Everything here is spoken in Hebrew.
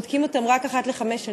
בודקים אותם רק אחת לחמש שנים?